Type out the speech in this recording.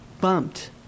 bumped